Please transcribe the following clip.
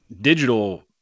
digital